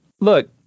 Look